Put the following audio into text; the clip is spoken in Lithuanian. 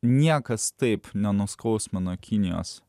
niekas taip nenuskausmina kinijos